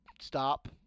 stop